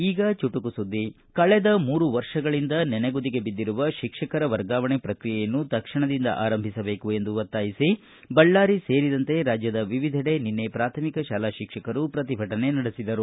ಈಗ ಚುಟುಕು ಸುದ್ದಿ ಕಳೆದ ಮೂರು ವರ್ಷಗಳಿಂದ ನೆನೆಗುದಿಗೆ ಬಿದ್ದಿರುವ ಶಿಕ್ಷಕರ ವರ್ಗವಣೆ ಪ್ರಕ್ರಿಯೆಯನ್ನು ತಕ್ಷಣದಿಂದ ಆರಂಭಿಸಬೇಕು ಎಂದು ಒತ್ತಾಯಿಸಿ ಬಳ್ಳಾರಿ ಸೇರಿದಂತೆ ರಾಜ್ಯದ ವಿವಿಧೆಡೆ ನಿನ್ನೆ ಪ್ರಾಥಮಿಕ ಶಾಲಾ ಶಿಕ್ಷಕರು ಪ್ರತಿಭಟನೆ ನಡೆಸಿದರು